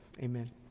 amen